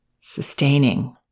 sustaining